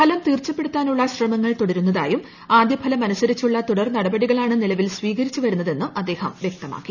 ഫലം തീർച്ചപ്പെടുത്താനുള്ള ശ്രമങ്ങൾ തുടരുന്നതായും ആദ്യ ഫലം അനുസരിച്ചുള്ള തുടർ നടപടികളാണ് നിലവിൽ സ്വീകരിച്ച് വരുന്നതെന്നും അദ്ദേഹം വ്യക്തമാക്കി